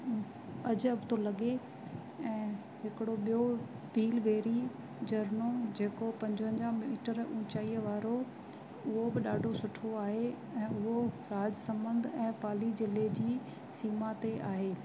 अजब थो लॻे ऐं हिकिड़ो ॿियो पीलवेरी झरिणो जेको पंजवंजाहु मीटर ऊंचाई वारो उहो बि ॾाढो सुठो आहे ऐं उहो राज संबंध ऐं पाली ज़िले जी सीमा ते आहे